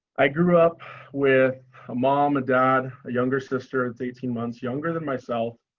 i grew up with a mom and dad, younger sister at eighteen months younger than myself.